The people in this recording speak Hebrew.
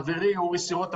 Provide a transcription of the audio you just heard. חברי אורי סירוטה,